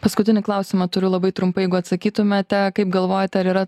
paskutinį klausimą turiu labai trumpai jeigu atsakytumėte kaip galvojate ar yra